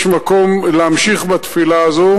יש מקום להמשיך בתפילה הזאת,